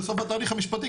בסוף התהליך המשפטי,